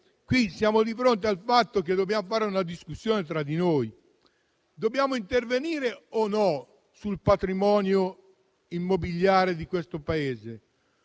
siamo di fronte al fatto che dobbiamo fare una discussione tra di noi. Dobbiamo intervenire o no sul patrimonio immobiliare di questo Paese?